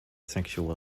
sexual